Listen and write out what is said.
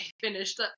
finished